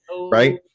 Right